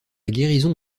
guérison